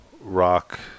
rock